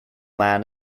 man